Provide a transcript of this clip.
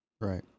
Right